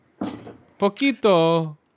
poquito